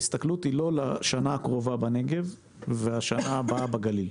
ההסתכלות היא לא לשנה הקרובה בנגב והשנה הבאה בגליל,